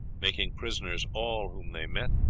making prisoners all whom they met,